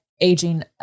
aging